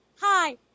Hi